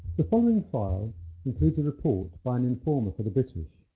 the following file includes a report by an informer for the british,